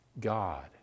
God